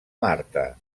marta